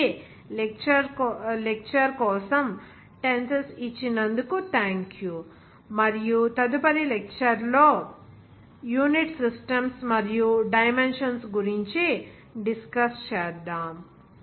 కాబట్టి లెక్చర్ కోసం టెన్సెన్స్ ఇచ్చినందుకు థాంక్యూ మరియు తదుపరి లెక్చర్ లో యూనిట్ సిస్టమ్స్ మరియు డైమెన్షన్స్ గురించి డిస్కస్ చేద్దాం